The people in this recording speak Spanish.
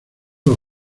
los